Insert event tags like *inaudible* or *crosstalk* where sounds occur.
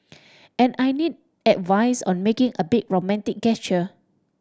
*noise* and I need advice on making a big romantic gesture